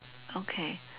okay